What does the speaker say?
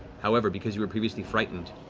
however, because you were previously frightened,